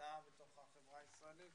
בקליטה בתוך החברה הישראלית